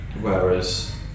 whereas